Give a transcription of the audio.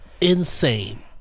insane